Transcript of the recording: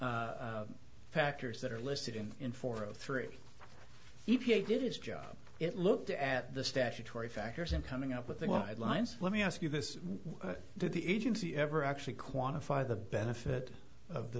factors that are listed in in four zero three e p a did its job it looked at the statutory factors and coming up with a wide lines let me ask you this do the agency ever actually quantify the benefit of the